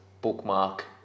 bookmark